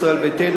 ישראל ביתנו,